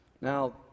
Now